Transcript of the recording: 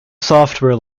software